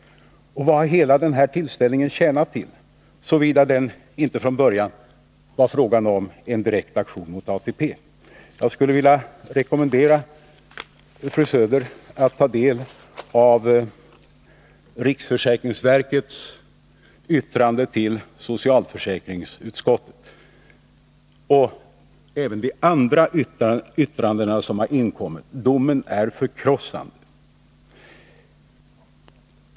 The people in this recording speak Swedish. Och vad har hela den här tillställningen tjänat till, såvida det inte från början varit fråga om en direkt aktion mot ATP? Jag skulle vilja rekommendera fru Söder att ta del av riksförsäkringsverkets yttrande till socialförsäkringsutskottet och även de andra yttranden som inkommit. Domen är förkrossande.